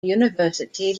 university